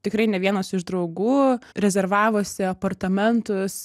tikrai ne vienas iš draugų rezervavosi apartamentus